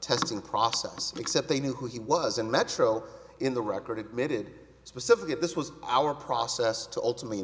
testing process except they knew who he was and natural in the record admitted specifically this was our process to ultimately